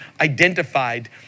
identified